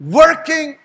working